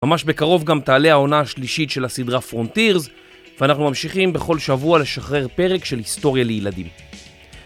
ממש בקרוב גם תעלה העונה השלישית של הסדרה פרונטירס ואנחנו ממשיכים בכל שבוע לשחרר פרק של היסטוריה לילדים.